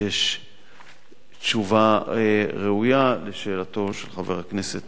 יש תשובה ראויה על שאלתו של חבר הכנסת